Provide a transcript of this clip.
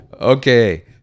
Okay